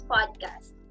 Podcast